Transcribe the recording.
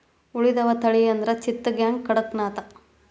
ಉಳಿದದ ತಳಿ ಅಂದ್ರ ಚಿತ್ತಗಾಂಗ, ಕಡಕನಾಥ